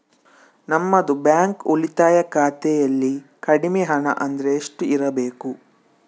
ನಮ್ಮದು ಬ್ಯಾಂಕ್ ಉಳಿತಾಯ ಖಾತೆಯಲ್ಲಿ ಕಡಿಮೆ ಹಣ ಅಂದ್ರೆ ಎಷ್ಟು ಇರಬೇಕು?